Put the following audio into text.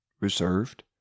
reserved